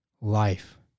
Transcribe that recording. life